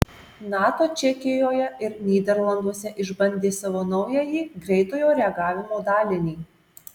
nato čekijoje ir nyderlanduose išbandė savo naująjį greitojo reagavimo dalinį